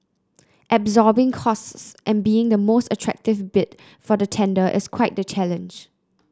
absorbing costs and being the most attractive bid for the tender is quite the challenge